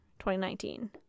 2019